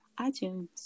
itunes